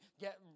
get